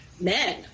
men